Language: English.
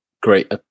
great